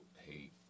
hate